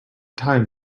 time